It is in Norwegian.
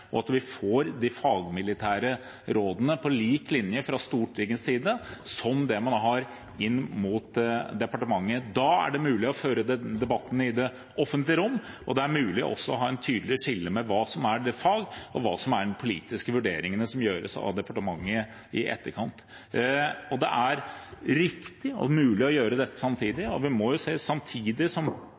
og at vi fra Stortingets side får de fagmilitære rådene på lik linje med det man har inn mot departementet. Da er det mulig å føre debatten i det offentlige rom, og det er mulig også å ha et tydelig skille mellom hva som er fag, og hva som er de politiske vurderingene som gjøres av departementet i etterkant. Det er riktig og mulig å gjøre dette samtidig. Vi må se at samtidig som